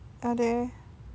are there